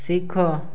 ଶିଖ